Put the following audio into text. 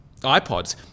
iPods